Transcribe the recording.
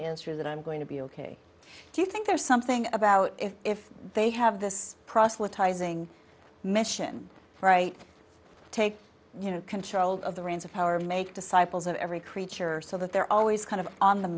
answer that i'm going to be ok do you think there's something about if they have this proselytizing mission right to take you know control of the reins of power make disciples of every creature so that they're always kind of on the